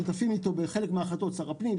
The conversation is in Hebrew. שותפים איתו בחלק מההחלטות: שר הפנים,